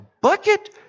bucket